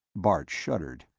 bart shuddered.